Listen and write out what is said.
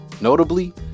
Notably